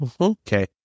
Okay